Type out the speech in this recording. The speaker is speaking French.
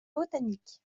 botanique